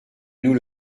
nous